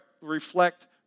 reflect